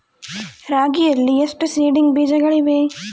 ರಾಗಿಯಲ್ಲಿ ಎಷ್ಟು ಸೇಡಿಂಗ್ ಬೇಜಗಳಿವೆ?